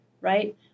right